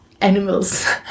animals